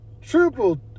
Triple